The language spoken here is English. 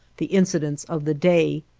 the incidents of the day,